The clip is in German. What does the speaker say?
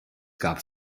gab